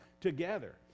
together